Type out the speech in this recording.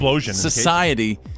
society